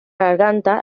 garganta